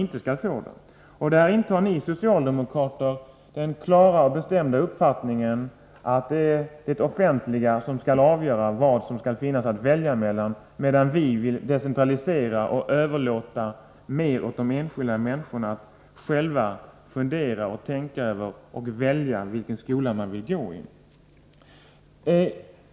Ni socialdemokrater har den klara och bestämda uppfattningen att det är det offentliga som skall avgöra vad det skall finnas att välja mellan. Vi däremot vill decentralisera och mer överlåta åt de enskilda människorna att själva fundera över och sedan välja vilken skola de vill gå i.